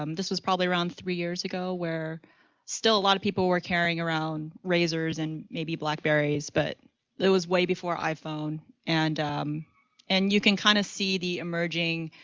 um this was probably around three years ago where still a lot of people were carrying around razors and maybe blackberries but it was way before iphone. and and you can kind of see the emerging,